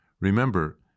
Remember